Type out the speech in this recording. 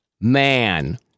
man